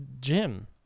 gym